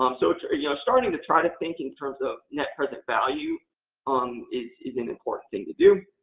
um so, it's you know starting to try to think in terms of net present value um is is an important thing to do.